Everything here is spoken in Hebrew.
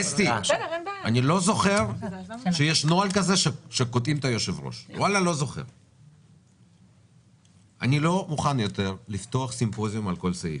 אני לא מוכן יותר לפתוח סימפוזיון על כל סעיף.